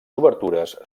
obertures